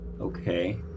Okay